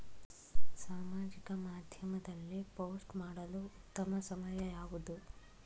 ಸಾಮಾಜಿಕ ಮಾಧ್ಯಮದಲ್ಲಿ ಪೋಸ್ಟ್ ಮಾಡಲು ಉತ್ತಮ ಸಮಯ ಯಾವುದು?